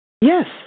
Yes